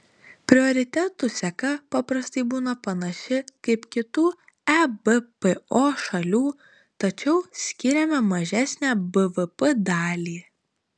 prioritetų seka paprastai būna panaši kaip kitų ebpo šalių tačiau skiriame mažesnę bvp dalį